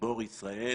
גיבור ישראל